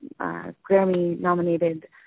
Grammy-nominated